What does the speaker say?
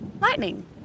lightning